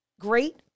great